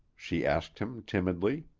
she asked him timidly.